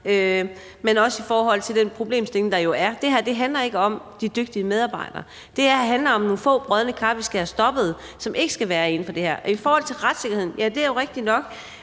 men også i forhold til den problemstilling, der jo er. Det her handler ikke om de dygtige medarbejdere. Det her handler om nogle få brodne kar, som vi skal have stoppet, og som ikke skal være inden for det her fag. I forhold til retssikkerheden er det jo rigtigt nok,